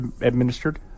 administered